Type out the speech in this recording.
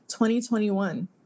2021